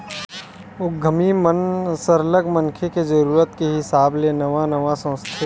उद्यमी मन सरलग मनखे के जरूरत के हिसाब ले नवा नवा सोचथे